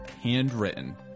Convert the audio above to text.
handwritten